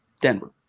Denver